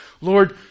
Lord